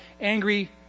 angry